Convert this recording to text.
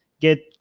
get